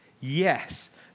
Yes